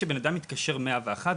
כשבן אדם מתקשר 101,